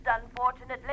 unfortunately